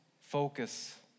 focus